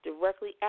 directly